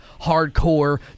hardcore